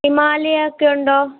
ഹിമാലയ ഒക്കെ ഉണ്ടോ